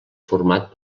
format